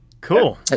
Cool